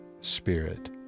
spirit